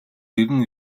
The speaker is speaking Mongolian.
ирнэ